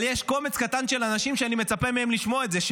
אבל יש קומץ קטן של אנשים שאני מצפה לשמוע את זה מהם,